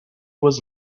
was